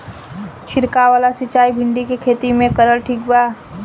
छीरकाव वाला सिचाई भिंडी के खेती मे करल ठीक बा?